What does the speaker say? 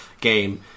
game